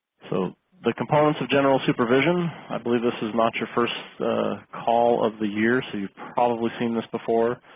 so the components of general supervision i believe this is not your first call of the year so you've probably seen this before.